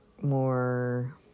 More